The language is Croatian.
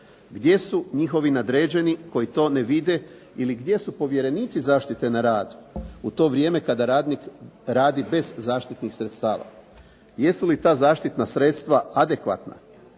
Gdje su njihovi nadređeni koji to ne vide ili gdje su povjerenici zaštite na radu u to vrijeme kada radnik radi bez zaštitnih sredstava. Jesu li ta zaštitna sredstva adekvatna,